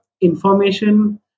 information